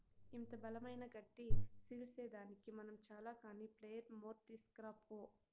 ఇంత బలమైన గడ్డి సీల్సేదానికి మనం చాల కానీ ప్లెయిర్ మోర్ తీస్కరా పో